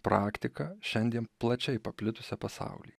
praktika šiandien plačiai paplitusi pasauly